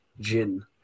Jin